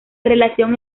relación